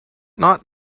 not